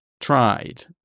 tried